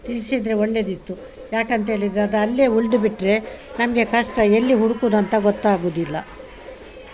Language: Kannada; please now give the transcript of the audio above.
ತಿಳ್ಸಿದ್ರೆ ಒಳ್ಳೆಯದಿತ್ತು ಯಾಕಂತ್ಹೇಳಿದ್ರೆ ಅದು ಅಲ್ಲೇ ಉಳ್ದುಬಿಟ್ರೆ ನಮಗೆ ಕಷ್ಟ ಎಲ್ಲಿ ಹುಡುಕುದಂತ ಗೊತ್ತಾಗುವುದಿಲ್ಲ